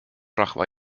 rahva